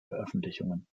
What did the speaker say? veröffentlichungen